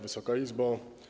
Wysoka Izbo!